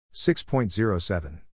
6.07